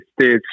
States